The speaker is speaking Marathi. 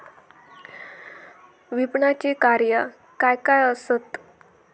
विपणनाची कार्या काय काय आसत?